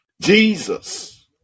Jesus